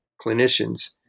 clinicians